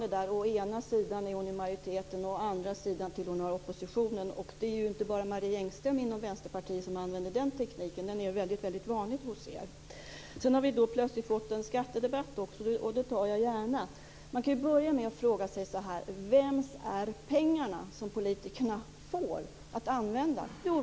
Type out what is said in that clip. Jag tycker nog att man kan tänka sig för lite grann.